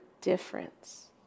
difference